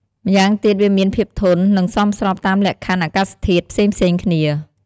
ម្យ៉ាងទៀតវាមានភាពធន់ និងសមស្របតាមលក្ខខណ្ឌអាកាសធាតុផ្សេងៗគ្នា។